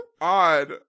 odd